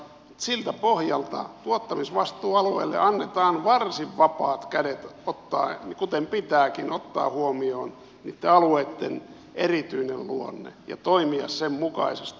siltä pohjalta tuottamisvastuualueille annetaan varsin vapaat kädet ottaa huomioon kuten pitääkin niiden alueiden erityinen luonne ja toimia sen mukaisesti